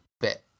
bit